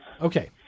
Okay